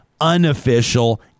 unofficial